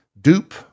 dupe